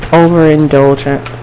overindulgent